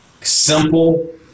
simple